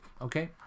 okay